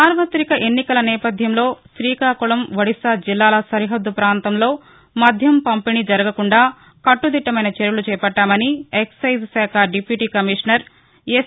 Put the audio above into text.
సార్వతిక ఎన్నికల నేపథ్యంలో శ్రీకాకుళం ఒడిషా జిల్లాల సరిహద్దు పాంతాల్లో మద్యం పంపిణీ జరగకుండా కట్లుదిట్లమైన చర్యలు చేపట్టామని ఎక్తైజ్ శాఖ డిఫ్యూటీ కమిషనర్ ఎస్